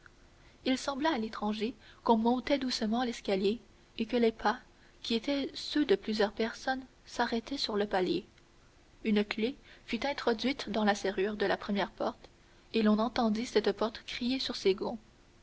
il sembla à l'étranger qu'on montait doucement l'escalier et que les pas qui étaient ceux de plusieurs personnes s'arrêtaient sur le palier une clef fut introduite dans la serrure de la première porte et l'on entendit cette porte crier sur ses fonds